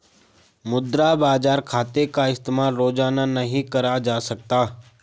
मुद्रा बाजार खाते का इस्तेमाल रोज़ाना नहीं करा जा सकता